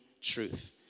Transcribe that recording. truth